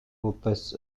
opus